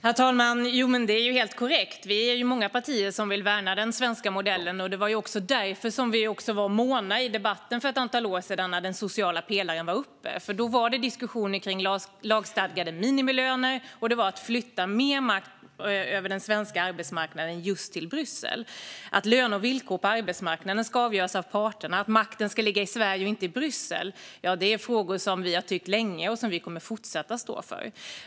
Herr talman! Ja, det är helt korrekt att vi är många partier som vill värna den svenska modellen. Därför var vi också måna om detta i debatten för ett antal år sedan då den sociala pelaren var uppe. Då var det diskussion om lagstadgade minimilöner och om att flytta mer makt över den svenska arbetsmarknaden till Bryssel. Att löner och villkor på arbetsmarknaden ska avgöras av parterna och att makten ska ligga i Sverige och inte i Bryssel är sådant som vi har tyckt länge och kommer att fortsätta att stå för.